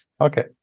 Okay